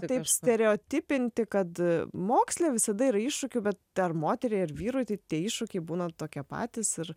taip stereotipinti kad moksle visada yra iššūkių bet ar moteriai ar vyrui tai tie iššūkiai būna tokie patys ir